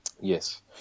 Yes